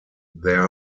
there